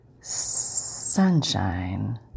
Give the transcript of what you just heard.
sunshine